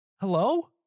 Hello